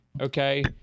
okay